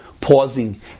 pausing